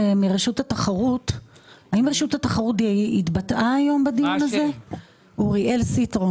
לא סבורים שהתחרות בין הבנקים היא תחרות בריאה.